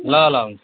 ल ल हुन्छ